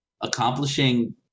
accomplishing